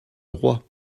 roi